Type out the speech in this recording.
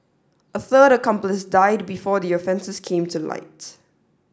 a third accomplice died before the offences came to light